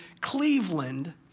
Cleveland